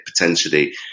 potentially –